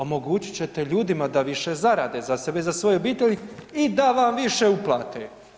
Omogućit ćete ljudima da više zarade za sebe i za svoje obitelji i da vam više uplate.